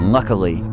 Luckily